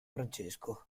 francesco